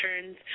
turns